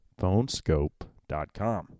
phonescope.com